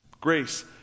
Grace